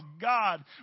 God